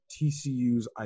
TCU's